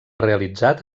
realitzat